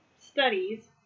studies